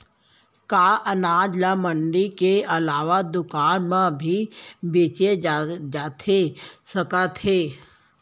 का अनाज ल मंडी के अलावा दुकान म भी बेचे जाथे सकत हे?